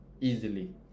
easily